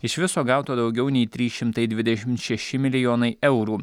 iš viso gauta daugiau nei trys šimtai dvidešim šeši milijonai eurų